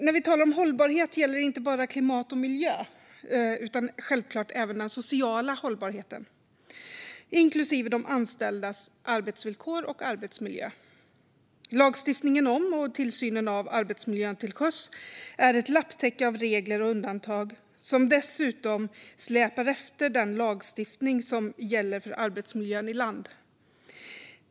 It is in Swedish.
När vi talar om hållbarhet gäller det inte bara klimat och miljö utan självklart även den sociala hållbarheten, inklusive de anställdas arbetsvillkor och arbetsmiljö. Lagstiftningen om och tillsynen av arbetsmiljön till sjöss är ett lapptäcke av regler och undantag, som dessutom släpar efter den lagstiftning som gäller för arbetsmiljön i land.